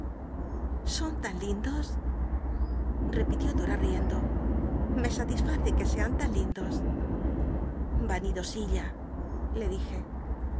son lan lindos repiliv dom riendo l esa tisface que sean tan lindos yanido illa le dije